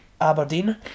Aberdeen